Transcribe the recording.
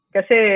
Kasi